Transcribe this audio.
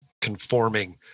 conforming